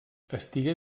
estigué